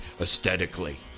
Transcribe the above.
aesthetically